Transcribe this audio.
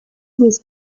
was